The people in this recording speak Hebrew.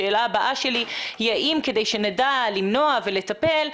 השאלה הבאה שלי היא האם כדי שנדע למנוע ולטפל,